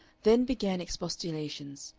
then began expostulations,